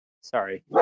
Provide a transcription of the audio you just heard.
Sorry